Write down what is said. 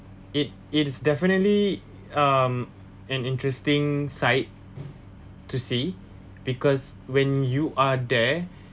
it it is definitely um an interesting sight to see because when you are there